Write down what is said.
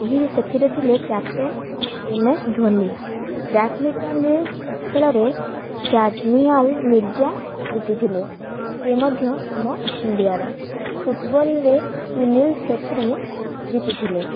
ଏହି ସେଥିରେ ଥିଲେ captain M S Dhoni badminton ଖେଳରେ ସାନିଆଲ ମିର୍ଜା ଜିତିଥିଲେ ସେ ମଧ୍ୟ ଆମ ଇଣ୍ଡିଆର ଫୁଟବଲରେ ସୁନିଲ୍ ଛେତ୍ରୀ ଜିତିଥିଲେ